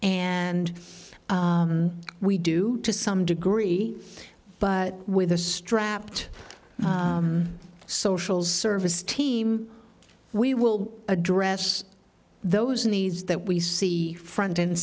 and we do to some degree but with a strapped social services team we will address those needs that we see front and